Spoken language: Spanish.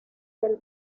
del